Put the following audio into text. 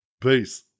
peace